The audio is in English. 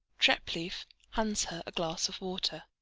treplieff hands her a glass of water.